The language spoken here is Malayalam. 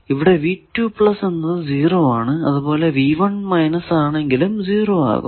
ഇവിടെ എന്നത് 0 ആണ് അതുപോലെ ആണെങ്കിലും 0 ആകും